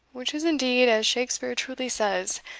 which is indeed, as shakspeare truly says,